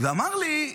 ואמר לי: